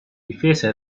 difesa